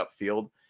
upfield